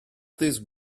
these